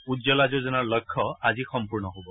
উজ্জ্বলা যোজনাৰ লক্ষ্য আজি সম্পূৰ্ণ হব